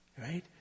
Right